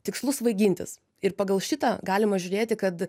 tikslu svaigintis ir pagal šitą galima žiūrėti kad